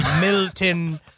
Milton